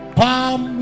palm